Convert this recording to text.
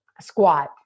squat